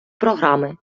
програми